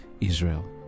Israel